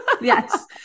Yes